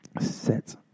set